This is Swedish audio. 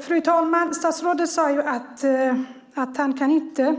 Fru talman! Statsrådet sade att han inte